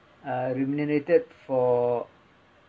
uh remunerated for